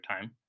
time